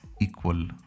equal